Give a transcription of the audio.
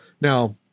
Now